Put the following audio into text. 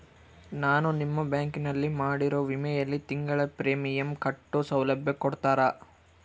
ನಾನು ನಿಮ್ಮ ಬ್ಯಾಂಕಿನಲ್ಲಿ ಮಾಡಿರೋ ವಿಮೆಯಲ್ಲಿ ತಿಂಗಳ ಪ್ರೇಮಿಯಂ ಕಟ್ಟೋ ಸೌಲಭ್ಯ ಕೊಡ್ತೇರಾ?